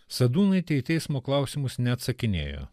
sadūnaitė į teismo klausimus neatsakinėjo